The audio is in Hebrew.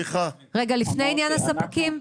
לפני עניין הספקים?